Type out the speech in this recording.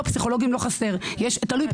לא, פסיכולוגים לא חסר, תלוי מה.